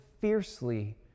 fiercely